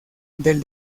del